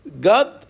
God